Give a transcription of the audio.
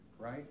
right